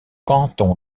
canton